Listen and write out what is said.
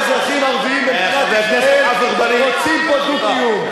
כי רוב האזרחים הערבים במדינת ישראל רוצים בדו-קיום.